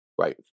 Right